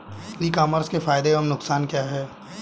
ई commerce के फायदे एवं नुकसान क्या हैं?